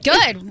Good